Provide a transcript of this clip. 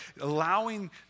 allowing